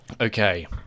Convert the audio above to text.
Okay